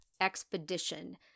Expedition